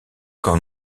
quand